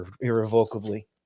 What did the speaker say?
irrevocably